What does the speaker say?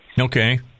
Okay